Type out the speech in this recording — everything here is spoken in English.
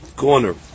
corner